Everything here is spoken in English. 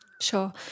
Sure